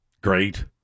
great